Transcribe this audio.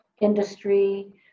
industry